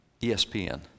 ESPN